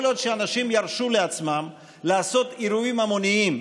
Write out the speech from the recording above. כל עוד אנשים ירשו לעצמם לעשות אירועים המוניים